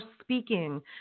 speaking